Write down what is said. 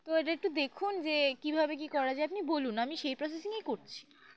তো এটা একটু দেখুন যে কীভাবে কী করা যায় আপনি বলুন আমি সেই প্রসেসিংই করছি